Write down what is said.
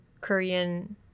Korean